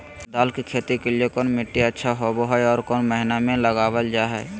दाल की खेती के लिए कौन मिट्टी अच्छा होबो हाय और कौन महीना में लगाबल जा हाय?